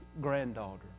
granddaughter